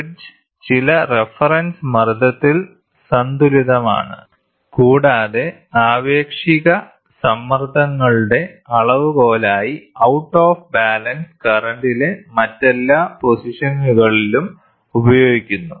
bridge ചില reference മർദ്ദത്തിൽ സന്തുലിതമാണ് കൂടാതെ ആപേക്ഷിക സമ്മർദ്ദങ്ങളുടെ അളവുകോലായി ഔട്ട് ഓഫ് ബാലൻസ് കറന്റിലെ മറ്റെല്ലാ പൊസിഷനുകളിലും ഉപയോഗിക്കുന്നു